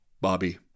Bobby